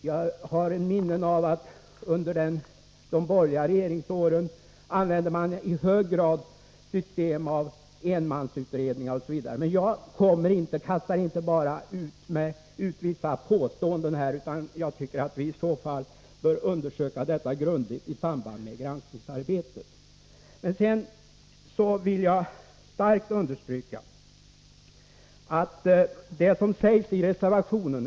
Jag har minnen av att man under de borgerliga regeringsåren i stor utsträckning använde ett system med enmansutredningar osv. Men jag kastar inte bara ut vissa påståenden här, utan jag tycker att vi i så fall bör undersöka detta grundligt i samband med granskningsarbetet. Sedan är det väl lika bra att gå till reservationen.